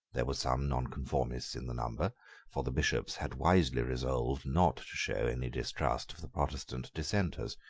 there were some nonconformists in the number for the bishops had wisely resolved not to show any distrust of the protestant dissenters.